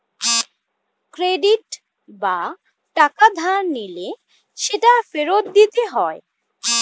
credit বা টাকা ধার নিলে সেটা ফেরত দিতে হয়